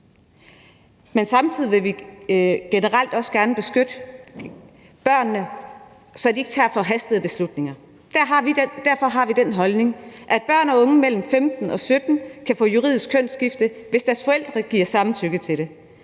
men samtidig vil vi generelt også gerne beskytte børnene, så de ikke tager forhastede beslutninger, og derfor har vi den holdning, at børn og unge mellem 15 og 17 kan få juridisk kønsskifte, hvis deres forældre giver samtykke til det.